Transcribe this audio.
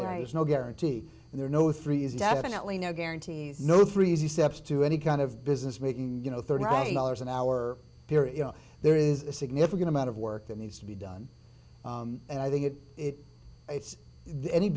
there is no guarantee and there are no three is definitely no guarantees no three easy steps to any kind of business making you know thirty dollars an hour there is no there is a significant amount of work that needs to be done and i think it it it's